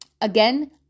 Again